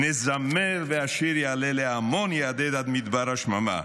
"נזמר והשיר יעפיל לעמון, יהדהד עד מדבר השממה".